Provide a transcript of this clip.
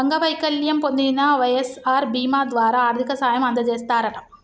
అంగవైకల్యం పొందిన వై.ఎస్.ఆర్ బీమా ద్వారా ఆర్థిక సాయం అందజేస్తారట